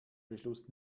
beschluss